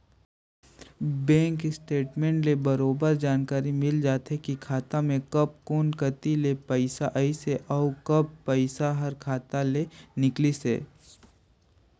bank statement ले बरोबर जानकारी मिल जाथे की खाता मे कब कोन कति ले पइसा आइसे अउ कब पइसा हर खाता ले निकलिसे